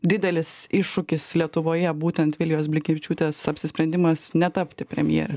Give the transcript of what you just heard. didelis iššūkis lietuvoje būtent vilijos blinkevičiūtės apsisprendimas netapti premjere